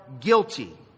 guilty